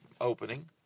opening